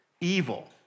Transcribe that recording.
evil